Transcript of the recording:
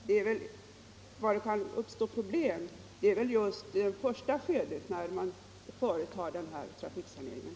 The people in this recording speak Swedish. Det är väl just i första skedet av sådana här trafiksaneringar som det kan uppstå problem.